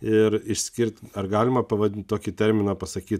ir išskirt ar galima pavadint tokį terminą pasakyt